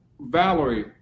Valerie